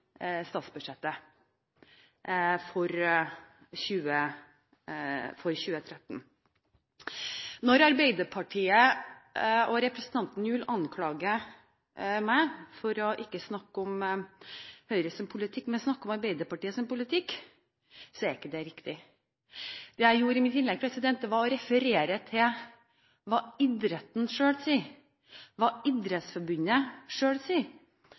statsbudsjettet for 2013. Når Arbeiderpartiet og representanten Gjul anklager meg for ikke å snakke om Høyres politikk, men om Arbeiderpartiets politikk, er ikke det riktig. Det jeg gjorde i mitt innlegg, var å referere til hva idretten selv sier, hva Idrettsforbundet sier.